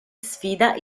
sfida